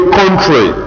country